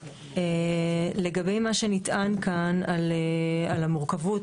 לגבי מה שנטען כאן על המורכבות,